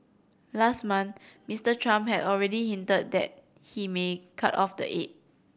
last month Mister Trump had already hinted that he may cut off the aid